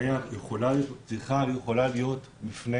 מאיה צריכה ויכולה להיות מפנה